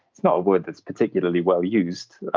it's not a word that's particularly well used,